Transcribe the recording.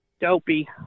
Dopey